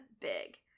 big